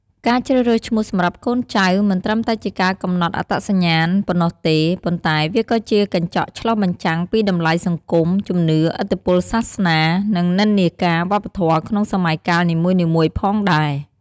ការជ្រើសរើសឈ្មោះសម្រាប់កូនចៅ មិនត្រឹមតែជាការកំណត់អត្តសញ្ញាណប៉ុណ្ណោះទេ ប៉ុន្តែវាក៏ជាកញ្ចក់ឆ្លុះបញ្ចាំងពីតម្លៃសង្គម ជំនឿ ឥទ្ធិពលសាសនា និងនិន្នាការវប្បធម៌ក្នុងសម័យកាលនីមួយៗផងដែរ។